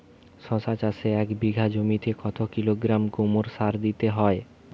শশা চাষে এক বিঘে জমিতে কত কিলোগ্রাম গোমোর সার দিতে হয়?